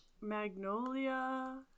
Magnolia